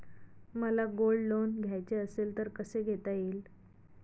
मला gold loan घ्यायचे असेल तर कसे घेता येईल?